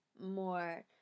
more